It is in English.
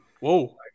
Whoa